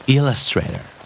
Illustrator